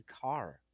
car